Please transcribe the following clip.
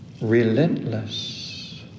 relentless